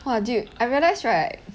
!wah! dude I realise right